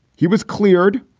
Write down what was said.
he was cleared.